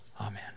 Amen